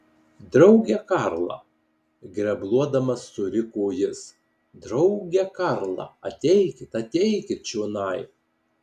drauge karla grebluodamas suriko jis drauge karla ateikit ateikit čionai